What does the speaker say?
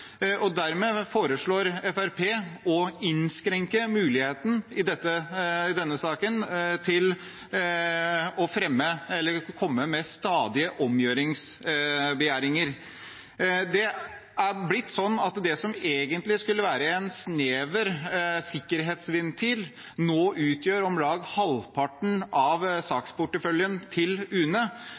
Dermed foreslår Fremskrittspartiet i denne saken å innskrenke muligheten til å komme med stadige omgjøringsbegjæringer. Det er blitt sånn at det som egentlig skulle være en snever sikkerhetsventil, nå utgjør om lag halvparten av saksporteføljen til UNE,